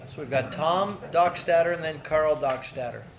so got tom dockstader and then karl dockstader.